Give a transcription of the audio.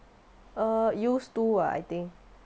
err used to ah I think